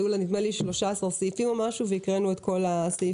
היו נדמה לי 13 סעיפים וקראנו את כל הסעיפים.